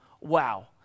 wow